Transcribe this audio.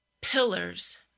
pillars